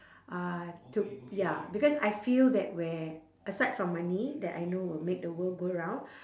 uh to ya because I feel that where aside from money that I know will make the world go round